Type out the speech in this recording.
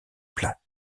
plates